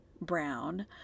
Brown